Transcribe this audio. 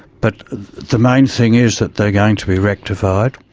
but the main thing is that they're going to be rectified.